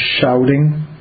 shouting